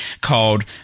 called